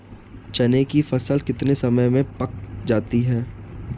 चने की फसल कितने समय में पक जाती है?